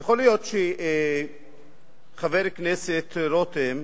יכול להיות שחבר הכנסת רותם,